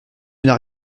n’as